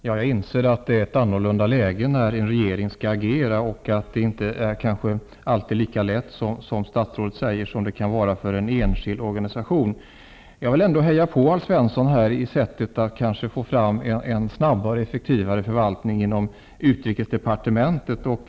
Herr talman! Jag inser att det är ett annat läge när en regering skall agera. Det är kanske inte alltid lika lätt, som statsrådet säger, som det kan vara för en enskild organisation. Jag vill ändå heja på Alf Svenssons sätt att få fram en snabbare och effekti vare förvaltning inom utrikesdepartementet.